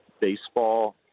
baseball